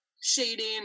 shading